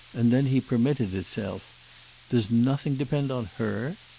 and then he permitted himself does nothing depend on her?